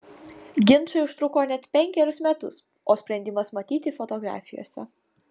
ginčai užtruko net penkerius metus o sprendimas matyti fotografijose